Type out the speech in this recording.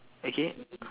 okay